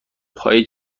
پای